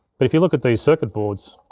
but if you look at these circuit boards,